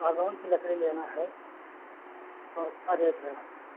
सागौन की लकड़ी लेना है तो क्या रेट है आपके यहाँ